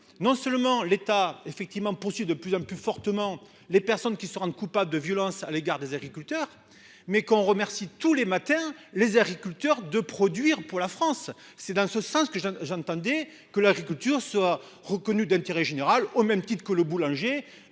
non seulement l'État effectivement poursuite de plus en plus fortement les personnes qui se rendent Coupat de violence à l'égard des agriculteurs mais qu'on remercie tous les matins, les agriculteurs de produire pour la France. C'est dans ce sens que je j'entendais que l'agriculture soit reconnue d'intérêt général au même titre que le boulanger